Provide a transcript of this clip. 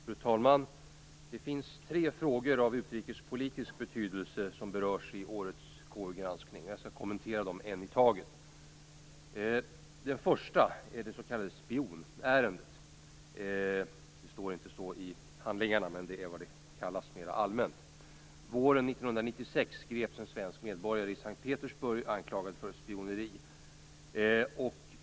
Fru talman! Det finns tre frågor av utrikespolitisk betydelse som berörs i årets KU-granskning, och jag skall kommentera dem en i taget. Den första är det s.k. spionärendet. Det står inte så i handlingarna, men den kallas så mera allmänt. Våren 1996 greps en svensk medborgare i S:t Petersburg anklagad för spioneri.